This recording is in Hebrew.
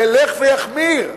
ילך ויחמיר,